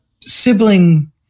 sibling